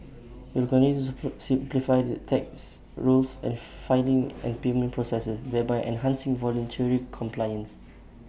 we will continue to put simplify the tax rules and filing and payment processes thereby enhancing voluntary compliance